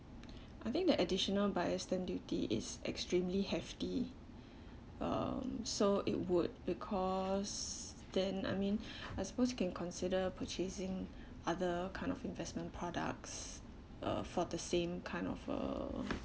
I think the additional buyer's stamp duty is extremely hefty um so it would because then I mean I suppose you can consider purchasing other kind of investment products uh for the same kind of uh